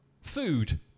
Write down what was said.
food